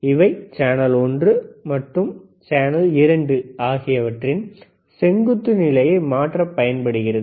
இவை சேனல் ஒன்று மற்றும் சேனல் 2 ஆகியவற்றின் செங்குத்து நிலையை மாற்ற பயன்படுகின்றது